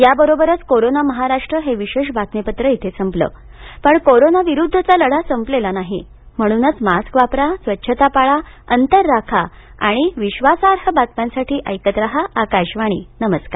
याबरोबरच कोरोना महाराष्ट्र हे विशेष बातमीपत्र इथेच संपल पण कोरोना विरुद्धचा लढा संपलेला नाही म्हणूनच मास्क वापरा स्वच्छता पाळा अंतर राखा आणि विश्वासार्ह बातम्यांसाठी ऐकत राहा आकाशवाणी नमस्कार